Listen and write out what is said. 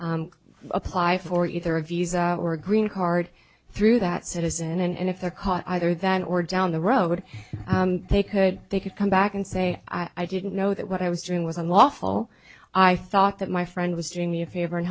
not apply for either a visa or a green card through that citizen and if they're caught either that or down the road they could they could come back and say i didn't know that what i was doing was unlawful i thought that my friend was doing me a favor